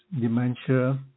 dementia